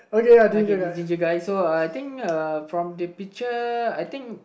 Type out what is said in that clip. okay this ginger guy so uh I think uh from the picture I think